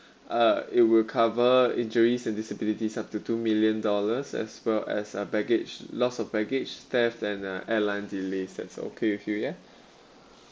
uh it will cover injuries and disabilities up to two million dollars as well as uh baggage loss of baggage theft and uh airline delays that's okay with you ya